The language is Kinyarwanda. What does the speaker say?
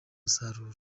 umusaruro